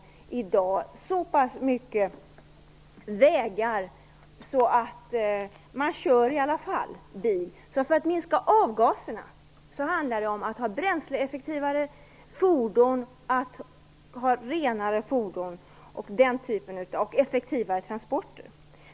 Vi har nämligen så pass mycket vägar i dag att man i alla fall kör bil. För att minska avgaserna handlar det om att ha bränsleeffektivare och renare fordon och effektivare transporter.